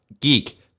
Geek